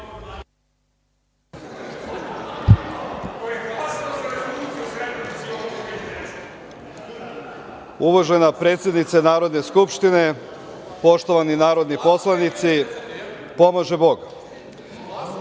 Uvažena predsednice Narodne skupštine, poštovani narodni poslanici, pomaže